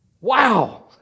wow